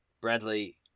Bradley